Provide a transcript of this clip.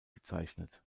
gezeichnet